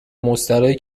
مستراحی